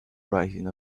rising